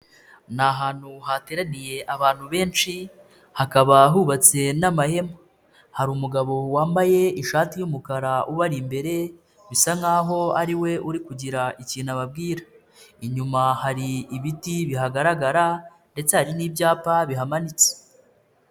Ni ahantu hateraniye abantu benshi, hakaba hubatse n'amahema. Hari umugabo wambaye ishati y'umukara ubari imbere bisa nkaho ari we uri kugira ikintu ababwira, inyuma hari ibiti bihagaragara ndetse hari n'ibyapa bihamanitse.